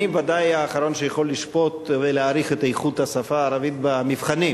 שאני ודאי האחרון שיכול לשפוט ולהעריך את איכות השפה הערבית במבחנים.